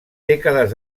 dècades